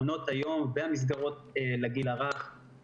אתחיל בהתחלה,